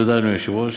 תודה, אדוני היושב-ראש.